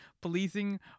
policing